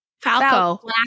Falco